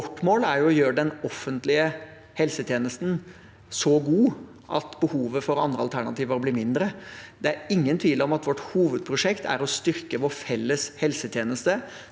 Vårt mål er å gjøre den offentlige helsetjenesten så god at behovet for andre alternativer blir mindre. Det er ingen tvil om at vårt hovedprosjekt er å styrke vår felles helsetjeneste.